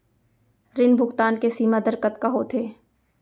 ऋण भुगतान के सीमा दर कतका होथे?